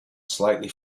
slightly